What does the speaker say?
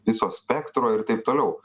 viso spektro ir taip toliau